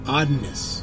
oddness